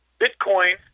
Bitcoin